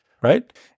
right